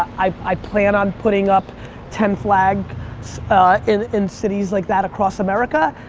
i i plan on putting up ten flags in in cities like that across america.